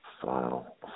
file